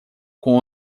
com